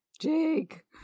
Jake